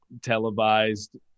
televised